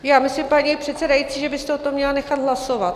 Já myslím, paní předsedající, že byste o tom měla nechat hlasovat.